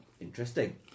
Interesting